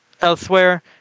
elsewhere